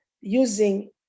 using